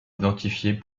identifier